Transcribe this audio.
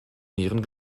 nieren